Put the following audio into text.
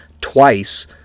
twice